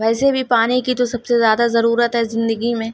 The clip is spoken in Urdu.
ویسے بھی پانی کی تو سب سے زیادہ ضروت ہے زندگی میں